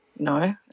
no